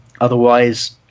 otherwise